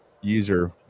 user